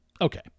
Okay